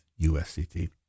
USCT